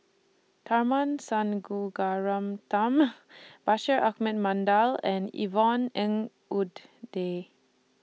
Tharman Bashir Ahmad and Yvonne Ng